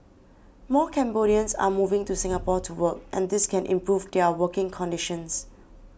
more Cambodians are moving to Singapore to work and this can improve their working conditions